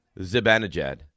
Zibanejad